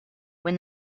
when